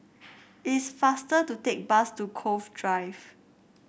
it is faster to take bus to Cove Drive